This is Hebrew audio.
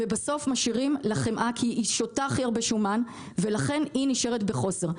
בסוף משאירים לחמאה כי היא שותה הכי הרבה שומן ולכן היא נשארת בחוסר.